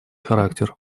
характер